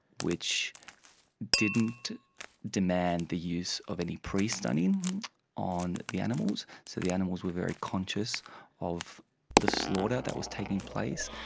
which didn't demand the use of any pre-stunning on the animals, so the animals were very conscious of the slaughter that was taking place,